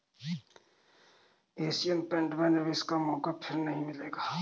Asian paint में निवेश का मौका फिर नही मिलेगा